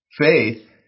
Faith